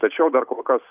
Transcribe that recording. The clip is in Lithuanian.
tačiau dar kol kas